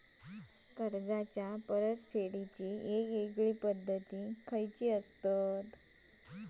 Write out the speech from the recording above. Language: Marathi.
कर्जाचो परतफेड येगयेगल्या पद्धती खयच्या असात?